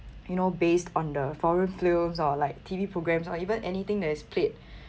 you know based on the foreign films or like T_V programmes or even anything that is played